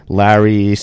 larry